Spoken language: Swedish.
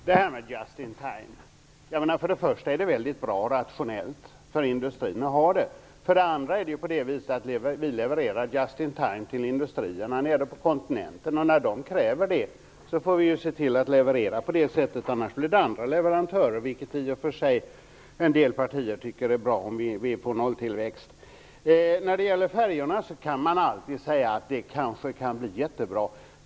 Herr talman! för det första är det mycket bra och rationellt för industrin att ha just-in-time-system. För det andra levererar vi just-in-time till industrierna nere på kontinenten. När de kräver det får vi se till att leverera på det sättet, annars väljer de andra leverantörer. Det tycker ju en del partier i och för sig vore bra, även om det ger nolltillväxt. Man kan alltid säga att färjor kanske blir jättebra.